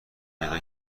پیدا